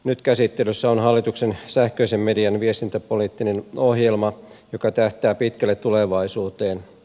nyt käsittelyssä on hallituksen sähköisen median viestintäpoliittinen ohjelma joka tähtää pitkälle tulevaisuuteen